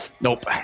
Nope